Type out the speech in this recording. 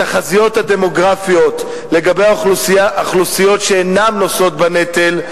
התחזיות הדמוגרפיות לגבי האוכלוסיות שאינן נושאות בנטל,